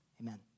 amen